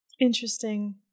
Interesting